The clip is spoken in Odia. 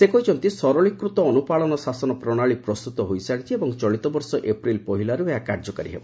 ସେ କହିଛନ୍ତି ସରଳୀକୃତ ଅନୁପାଳନ ଶାସନ ପ୍ରଣାଳୀ ପ୍ରସ୍ତୁତ ହୋଇସାରିଛି ଏବଂ ଚଳିତବର୍ଷ ଏପ୍ରିଲ ପହିଲାରୁ ଏହା କାର୍ଯ୍ୟକାରୀ ହେବ